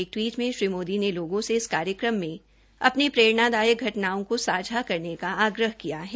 एक ट्वीट में श्री मोदी ने लोगों से इस कार्यक्रम में अपनी प्रेरणादायक घटनाओं को साझा करने का आग्रह किया है